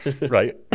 Right